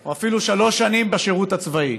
או אפילו שלוש שנים בשירות הצבאי.